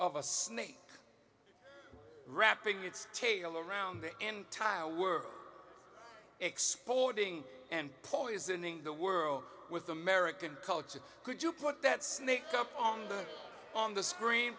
of a snake wrapping its tail around the end tile were exploding and poisoning the world with american culture could you put that snake up on the on the screen